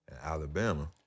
alabama